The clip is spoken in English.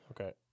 Okay